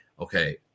okay